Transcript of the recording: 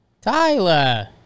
Tyler